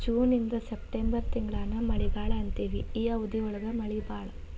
June ಇಂದ September ತಿಂಗಳಾನ ಮಳಿಗಾಲಾ ಅಂತೆವಿ ಈ ಅವಧಿ ಒಳಗ ಮಳಿ ಬಾಳ